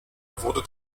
wurde